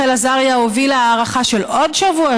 ובקדנציה הזאת חברת הכנסת רחל עזריה הובילה הארכה של עוד שבוע,